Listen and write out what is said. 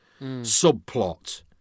subplot